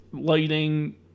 lighting